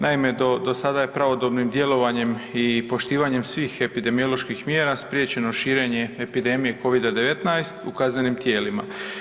Naime, do sada je pravodobnim djelovanjem i poštivanjem svih epidemioloških mjera spriječeno širenje epidemije Covida-19 u kaznenim tijelima.